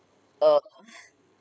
err